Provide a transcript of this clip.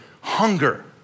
hunger